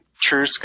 True